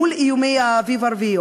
מול איומי האביב הערבי,